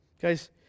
Guys